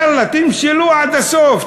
תמשלו עד הסוף,